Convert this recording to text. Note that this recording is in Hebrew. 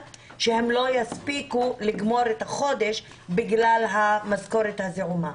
שהם לא יספיקו לגמור את החודש בגלל המשכורת הזעומה.